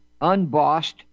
unbossed